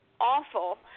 awful